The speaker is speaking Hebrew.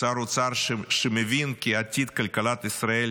שר אוצר שמבין כי עתיד כלכלת ישראל